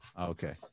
Okay